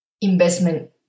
investment